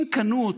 אם קנו אותך,